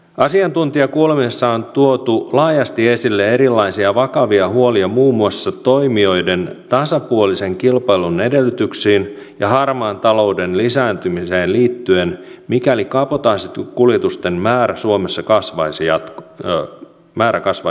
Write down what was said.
asiantuntijakuulemisessa on tuotu laajasti esille erilaisia vakavia huolia muun muassa toimijoiden tasapuolisen kilpailun edellytyksiin ja harmaan talouden lisääntymiseen liittyen mikäli kabotaasikuljetusten määrä suomessa kasvaisi jatkossa